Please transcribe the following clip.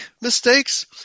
mistakes